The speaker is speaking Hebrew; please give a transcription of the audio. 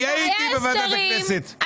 אני הייתי בוועדת הכנסת.